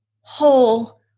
whole